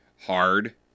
hard